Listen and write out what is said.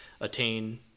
attain